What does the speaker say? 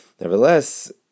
Nevertheless